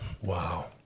Wow